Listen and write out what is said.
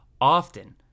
often